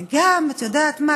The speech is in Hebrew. וגם, את יודעת מה?